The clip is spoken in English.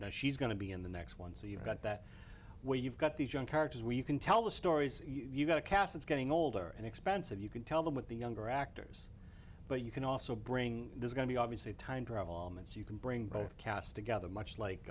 now she's going to be in the next one so you've got that where you've got these young characters where you can tell the stories you've got a cast that's getting older and expensive you can tell them with the younger actors but you can also bring there's going to be obviously time travel and so you can bring both cast together much like